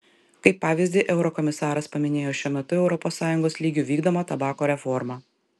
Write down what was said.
kaip pavyzdį eurokomisaras paminėjo šiuo metu europos sąjungos lygiu vykdomą tabako reformą